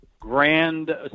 grand